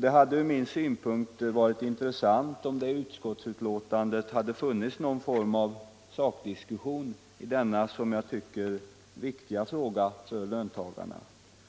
Det hade varit intressant om det i utskottsbetänkandet hade funnits någon form av sakdiskussion i denna, som jag tycker, för löntagarna viktiga fråga.